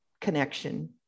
connection